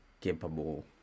capable